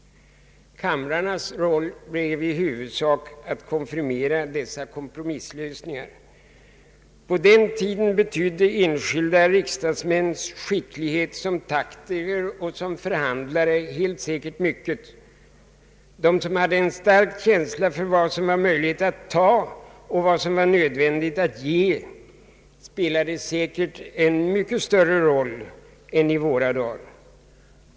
Kamrarnas roll blev i huvudsak att konfirmera dessa kompromisslösningar. På den tiden betydde enskilda riksdagsmäns skicklighet som taktiker och förhandlare helt säkert mycket. De som hade en stark känsla för vad som var möjligt att ta och nödvändigt att ge spelade säkert en mycket större roll än i våra dagar.